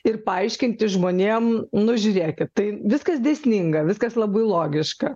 ir paaiškinti žmonėm nu žiūrėkit tai viskas dėsninga viskas labai logiška